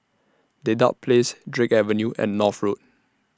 Dedap Place Drake Avenue and North Road